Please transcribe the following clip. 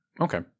Okay